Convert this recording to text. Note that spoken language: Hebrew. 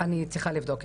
אני צריכה לבדוק.